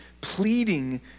pleading